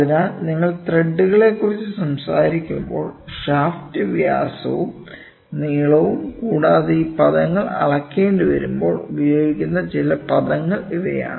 അതിനാൽ നിങ്ങൾ ത്രെഡുകളെക്കുറിച്ച് സംസാരിക്കുമ്പോൾ ഷാഫ്റ്റ് വ്യാസവും നീളവും കൂടാതെ ഈ പദങ്ങൾ അളക്കേണ്ടിവരുമ്പോൾ ഉപയോഗിക്കുന്ന ചില പദങ്ങൾ ഇവയാണ്